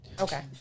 Okay